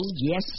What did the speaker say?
yes